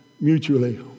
mutually